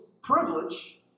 Privilege